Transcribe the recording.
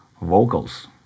vocals